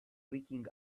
leaking